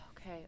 Okay